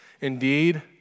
Indeed